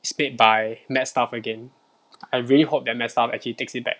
is made by mad stuff again I really hope that mad stuff actually takes it back